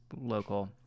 local